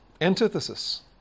antithesis